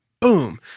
boom